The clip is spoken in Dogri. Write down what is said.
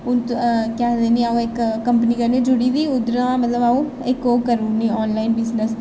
हून त केह् आखदे नी अ'ऊं इक कंपनी कन्नै जुड़ी दी उद्धरा मतलब अ'ऊं इक ओह् करी ओड़नीं आनलाइन बिजनस